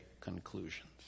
conclusions